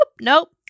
nope